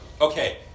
okay